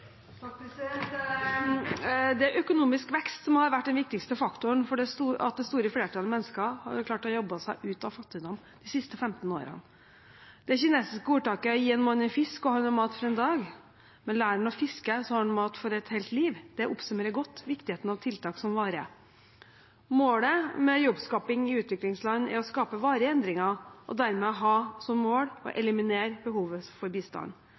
økonomisk vekst som har vært den viktigste faktoren for at det store flertallet av mennesker har klart å jobbe seg ut av fattigdom de siste 15 årene. Det kinesiske ordtaket «Gi en mann en fisk, og han har mat for en dag. Lær en mann å fiske, og han har mat for resten av livet.» oppsummerer godt viktigheten av tiltak som varer. Målet med jobbskaping i utviklingsland er å skape varige endringer og dermed også å ha som mål å eliminere behovet for bistand.